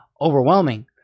overwhelming